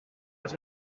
las